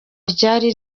ryari